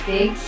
Big